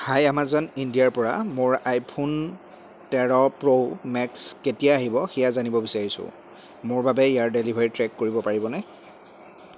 হাই Amazon ইণ্ডিয়াৰ পৰা মোৰ আইফোন তেৰ প্ৰ' মেক্স কেতিয়া আহিব সেয়া জানিব বিচাৰিছোঁ মোৰ বাবে ইয়াৰ ডেলিভাৰী ট্ৰেক কৰিব পাৰিবনে